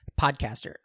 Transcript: podcaster